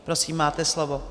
Prosím, máte slovo.